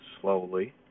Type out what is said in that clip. slowly